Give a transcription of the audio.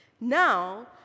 Now